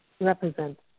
represents